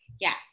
Yes